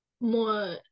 more